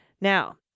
Now